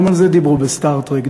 גם על זה דיברו ב-"Star Trek",